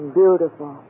beautiful